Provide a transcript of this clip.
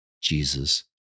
Jesus